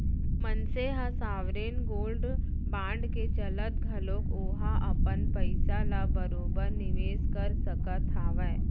मनसे ह sovereign gold bond के चलत घलोक ओहा अपन पइसा ल बरोबर निवेस कर सकत हावय